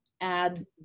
add